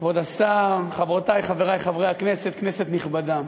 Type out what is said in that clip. כבוד השר, חברותי וחברי חברי הכנסת, כנסת נכבדה,